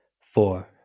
four